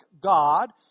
God